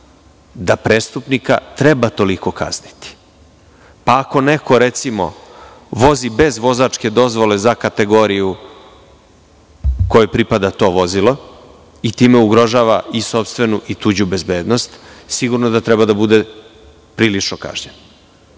da prestupnika treba toliko kazniti. Ako neko recimo vozi bez vozačke dozvole za kategoriju kojoj pripada to vozilo i time ugrožava i sopstvenu i tuđu bezbednost, sigurno da treba da bude prilično kažnjen,